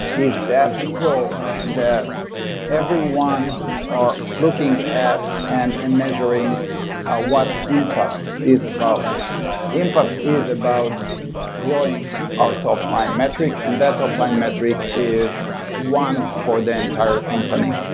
that goal that everyone are looking at and and measuring what impact is about impact is about growing our topline metric. and that topline metric is one for the entire company.